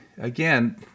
again